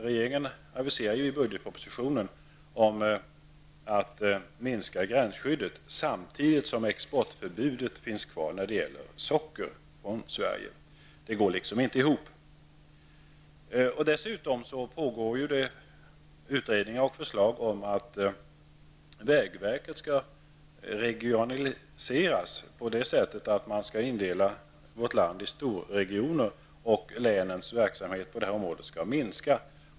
Regeringen aviserade i budgetpropositionen att gränsskyddet skulle minskas, men samtidigt skall exportförbudet finnas kvar när det gäller svenskt socker. Det går liksom inte ihop. Dessutom pågår utredningar och finns det förslag om att vägverket skall regionaliseras på det sättet att man skall indela vårt land i storregioner och länens verksamhet på detta område skall minska.